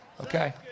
Okay